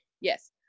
Yes